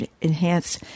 enhanced